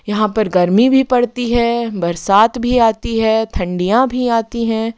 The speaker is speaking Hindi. यहाँ पर गर्मी भी पड़ती है बरसात भी आती है ठंडीयां भी आती हैं